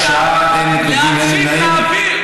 תשעה בעד, אין מתנגדים, אין נמנעים.